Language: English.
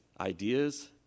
ideas